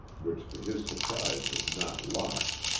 which to his surprise was not locked,